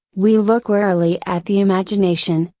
we look warily at the imagination,